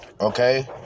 Okay